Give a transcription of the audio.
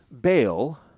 bail